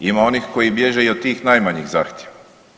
Ima onih koji bježe i od tih najmanjih zahtjeva.